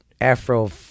Afro